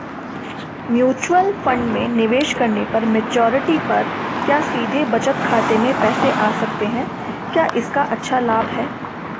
Mutual fund में निवेश करने पर मैच्योरिटी पर क्या सीधे बचत खाते में पैसे आ सकते हैं क्या इसका अच्छा लाभ है?